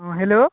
ହଁ ହ୍ୟାଲୋ